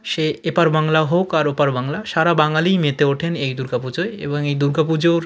সে এপার বাংলা হোক আর ওপার বাংলা সারা বাঙালিই মেতে ওঠেন এই দুর্গা পুজোয় এবং এই দুর্গা পুজোর